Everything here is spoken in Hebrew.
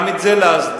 גם את זה להסדיר.